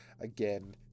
again